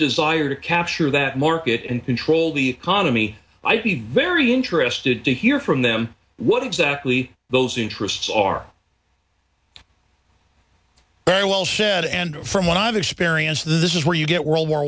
desire to capture that mortgage and control the economy i'd be very interested to hear from them what exactly those interests are very well said and from what i've experienced this is where you get world war